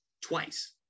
twice